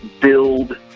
build